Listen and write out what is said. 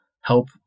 help